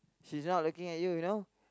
she's not looking at you you know